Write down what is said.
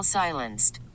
silenced